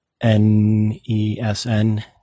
n-e-s-n